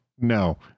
No